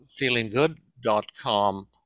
feelinggood.com